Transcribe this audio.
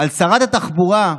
על שרת התחבורה,